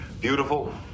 beautiful